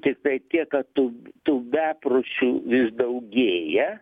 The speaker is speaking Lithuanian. tiktai tiek kad tų tų bepročių vis daugėja